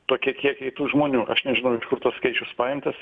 tokie kiekiai tų žmonių aš nežinau iš kur toks skaičius paimtas